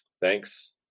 Thanks